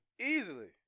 Easily